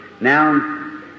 Now